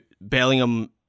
Bellingham